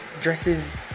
dresses